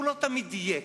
הוא לא תמיד דייק.